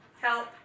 Help